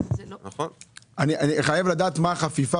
אני חייב לדעת מה החפיפה.